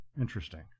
Interesting